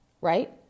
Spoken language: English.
right